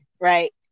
right